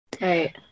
Right